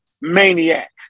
maniac